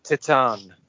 Titan